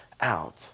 out